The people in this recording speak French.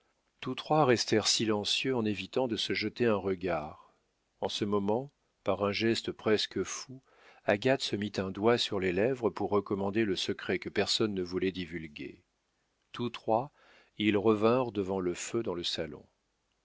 tous trois restèrent silencieux en évitant de se jeter un regard en ce moment par un geste presque fou agathe se mit un doigt sur les lèvres pour recommander le secret que personne ne voulait divulguer tous trois ils revinrent devant le feu dans le salon